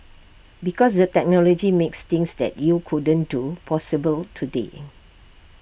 because the technology makes things that you couldn't do possible today